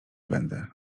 będę